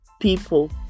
people